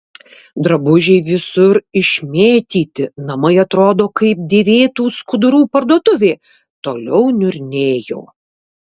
drabužiai visur išmėtyti namai atrodo kaip dėvėtų skudurų parduotuvė toliau niurnėjo